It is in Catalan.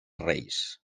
reis